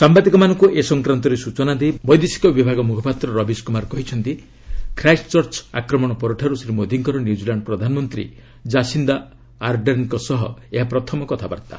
ସାମ୍ଭାଦିକମାନଙ୍କୁ ଏ ସଂକ୍ରାନ୍ତରେ ସୂଚନା ଦେଇ ବୈଦେଶିକ ବିଭାଗ ମୁଖପାତ୍ର ରବିଶ କୁମାର କହିଛନ୍ତି ଖ୍ରାଏଷ୍ଟଚର୍ଚ୍ଚ ଆକ୍ରମଣ ପରଠାରୁ ଶ୍ରୀ ମୋଦୀଙ୍କର ନ୍ୟୁଜିଲାଣ୍ଡ ପ୍ରଧାନମନ୍ତ୍ରୀ କାସିନ୍ଦା ଆର୍ଡେର୍ଣ୍ଣଙ୍କ ସହ ଏହା ପ୍ରଥମ କଥାବାର୍ତ୍ତା